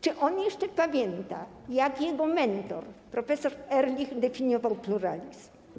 Czy on jeszcze pamięta, jak jego mentor prof. Ehrlich definiował pluralizm?